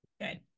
good